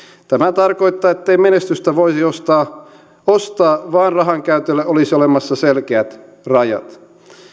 tämä tarkoittaa ettei menestystä voisi ostaa ostaa vaan rahankäytöllä olisi olemassa selkeät rajat